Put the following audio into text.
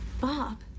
Bob